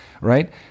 right